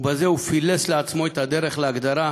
ובזה הוא פילס לעצמו את הדרך להגדרה